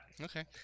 Okay